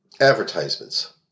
advertisements